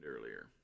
earlier